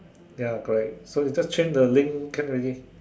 ya correct so you just change the link can already